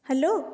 hello